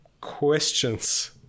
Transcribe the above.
questions